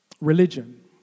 religion